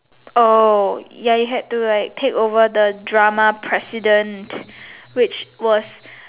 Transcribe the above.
oh ya you had to take over the drama president which was